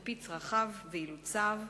על-פי צרכיו ואילוציו.